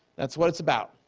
that's what it's about.